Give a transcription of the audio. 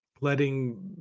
letting